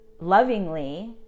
lovingly